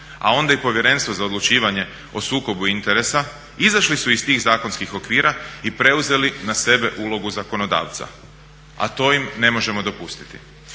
a onda i Povjerenstvo za odlučivanje o sukoba interesa izašli su iz tih zakonskih okvira i preuzeli na sebe ulogu zakonodavca, a to im ne možemo dopustiti.